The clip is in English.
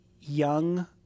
young